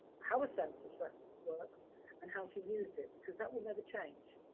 how a census reference works and how to use it, because that will never change.